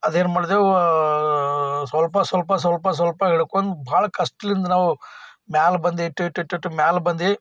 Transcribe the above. ಅದೇನು ಮಾಡ್ದೇವು ಸ್ವಲ್ಪ ಸ್ವಲ್ಪ ಸ್ವಲ್ಪ ಸ್ವಲ್ಪ ಹಿಡ್ಕೊಂಡು ಭಾಳ ಕಷ್ಟ್ದಿಂದ ನಾವು ಮೇಲೆ ಬಂದು ಇಷ್ಟು ಇಷ್ಟು ಇಷ್ಟಿಷ್ಟು ಮೇಲೆ ಬಂದು